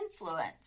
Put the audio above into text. influence